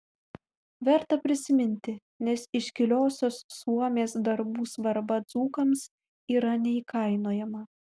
verta prisiminti nes iškiliosios suomės darbų svarba dzūkams yra neįkainojama